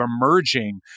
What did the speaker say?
emerging